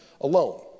alone